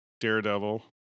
Daredevil